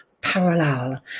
parallel